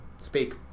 Speak